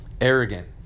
arrogant